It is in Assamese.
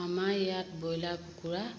আমাৰ ইয়াত ব্ৰইলাৰ কুকুৰা